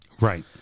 right